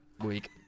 week